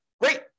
Great